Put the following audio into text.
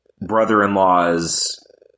brother-in-law's